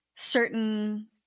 Certain